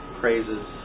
praises